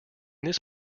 this